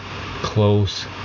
close